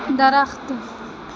درخت